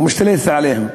ומשתלטת עליהן.